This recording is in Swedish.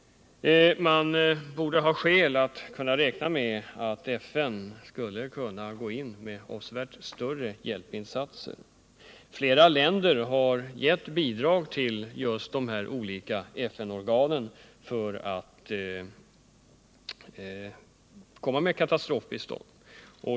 Man borde kunna räkna med att FN skulle kunna gå in med avsevärt större hjälpinsatser. Flera länder har gett bidrag till just de här olika FN-organen för att de skall kunna sätta in katastrofbistånd.